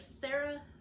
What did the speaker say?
Sarah